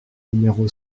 numéro